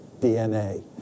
DNA